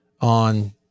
on